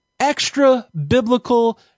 extra-biblical